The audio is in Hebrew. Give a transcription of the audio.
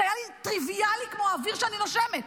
זה היה לי טריוויאלי כמו האוויר שאני נושמת.